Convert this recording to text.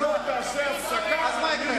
אם לא תעשה הפסקה, אני לא יורד.